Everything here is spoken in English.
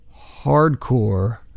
hardcore